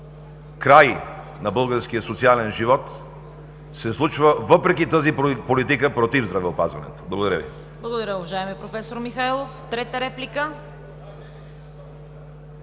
край на българския социален живот, се случва, въпреки тази политика против здравеопазването. Благодаря Ви.